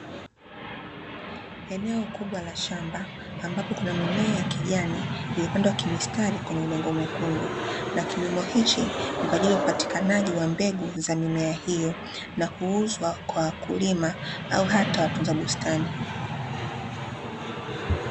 Eneo kubwa la shamba, ambapo kuna mimea ya kijani imepandwa kimistari kwenye udongo mwekundu, na kilimo hichi ni kwa ajili ya upatikanaji wa mbegu za mimea hiyo na huuzwa kwa wakulima au hata watunza bustani